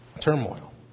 turmoil